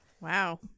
Wow